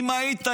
שישים